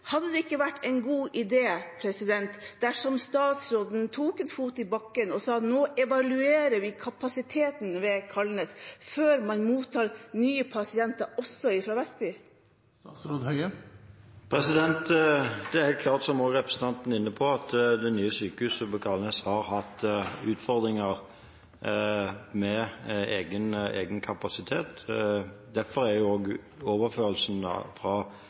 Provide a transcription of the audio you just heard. Hadde det ikke vært en god idé at statsråden satte en fot i bakken og sa at nå evaluerer vi kapasiteten ved Kalnes før man mottar nye pasienter også fra Vestby? Det er klart, som også representanten er inne på, at det nye sykehuset på Kalnes har hatt utfordringer med egen kapasitet. Derfor er